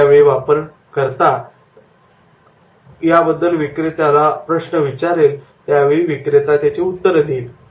ज्या वेळी वापर करता याबद्दल विक्रेत्याला प्रश्न विचारेल त्यावेळी विक्रेता त्याची उत्तरे देईल